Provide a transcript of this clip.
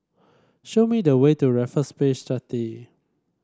show me the way to Raffles Place Jetty